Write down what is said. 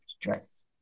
dress